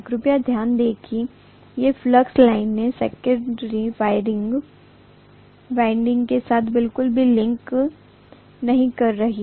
कृपया ध्यान दें कि ये फ्लक्स लाइनें सेकन्डेरी वाइंडिंग के साथ बिल्कुल भी लिंक नहीं कर रही हैं